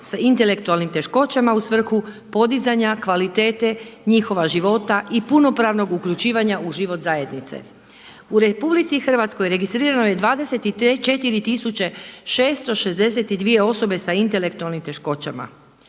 sa intelektualnim teškoćama u svrhu podizanja kvalitete njihova života i punopravnog uključivanja u život zajednice. U Republici Hrvatskoj registrirano je 24662 osobe sa intelektualnim teškoćama.